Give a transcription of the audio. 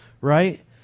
right